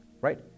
right